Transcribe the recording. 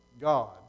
God